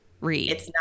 read